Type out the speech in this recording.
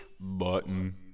button